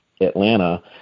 atlanta